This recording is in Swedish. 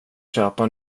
köpa